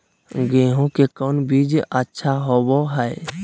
गेंहू के कौन बीज अच्छा होबो हाय?